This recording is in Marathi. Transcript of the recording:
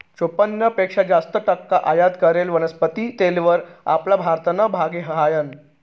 चोपन्न पेक्शा जास्त टक्का आयात करेल वनस्पती तेलवर आपला भारतनं भागी हायनं